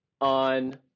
on